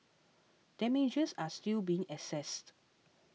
damages are still being assessed